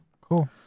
Cool